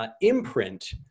imprint